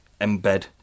embed